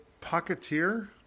Pocketeer